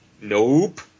Nope